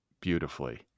beautifully